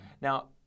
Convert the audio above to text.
Now